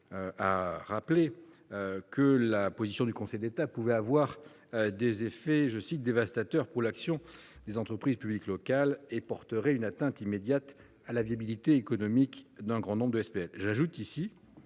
a souligné que la position du Conseil d'État pouvait avoir des « effets dévastateurs pour l'action des entreprises publiques locales » et porter « une atteinte immédiate à la viabilité économique d'un grand nombre de SPL ». L'effet serait